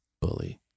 Bully